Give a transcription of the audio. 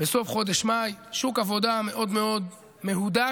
בסוף חודש מאי, שוק עבודה מאוד מאוד מהודק.